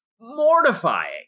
mortifying